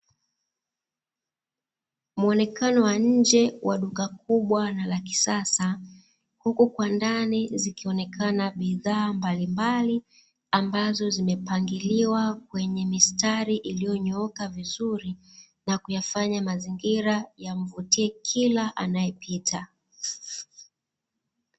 Muonekano wa nje wa duka kubwa la kisasa, huku kwa ndani zikionekana bidhaa mbalimbali ambazo zimepangiliwa kwenye mistari iliyonyooka vizuri na kuyafanya mazingira yamvutie kila anayepita.